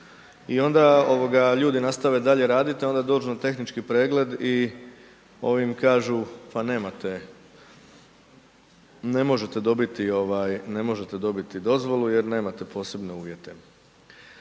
ovoga ljudi nastave dalje raditi i onda dođu na tehnički pregled, i ovi im kažu pa nemate, ne možete dobiti dozvolu jer nemate posebne uvjete.